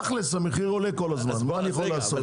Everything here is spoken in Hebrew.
תכלס, המחיר עולה כל הזמן, מה אני יכול לעשות.